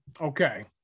Okay